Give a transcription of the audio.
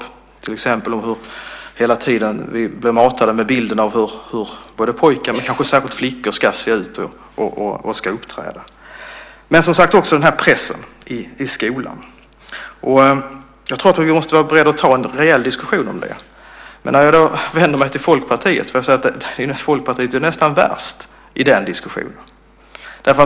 Vi blir till exempel hela tiden matade med bilder av hur både pojkar och kanske särskilt flickor ska se ut och uppträda. Men det gäller som sagt också pressen i skolan. Jag tror att vi måste vara beredda att ta en rejäl diskussion om detta. Men när jag då vänder mig till Folkpartiet får jag väl säga att Folkpartiet nästan är värst i den diskussionen.